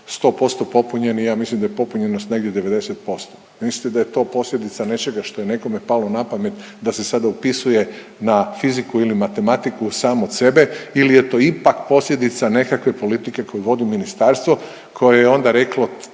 100% popunjeni, ja mislim da je popunjenost negdje 90%. Mislite da je to posljedica nečega što je nekome palo na pamet da se sada upisuje na fiziku ili matematiku sam od sebe ili je to ipak posljedica nekakve politike koju vodi ministarstvo, koje je onda reklo,